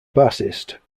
bassist